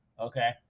Okay